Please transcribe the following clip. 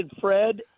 Fred